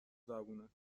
زبونت